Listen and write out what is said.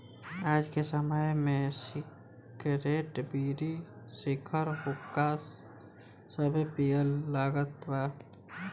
आज के समय में सिगरेट, बीड़ी, सिगार, हुक्का सभे पिए लागल बा